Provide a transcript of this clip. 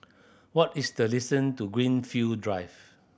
what is the distance to Greenfield Drive